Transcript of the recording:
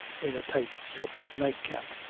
in a tight silk night-cap,